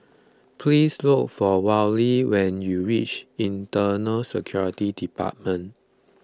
please look for Wally when you reach Internal Security Department